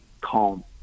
calm